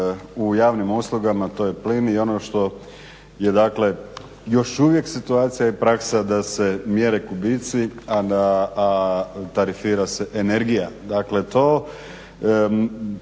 u javnim uslugama to je plin i ono što je još uvijek situacija i praksa da se mjere kubici, a tarifira se energija.